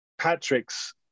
Patrick's